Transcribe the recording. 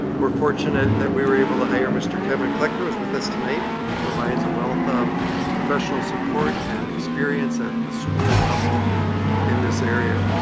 we're fortunate that we were able to hire mr. kevin klecker who's with us tonight. he provides a wealth of professional support and experience at the school level in this area.